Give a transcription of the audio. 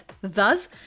thus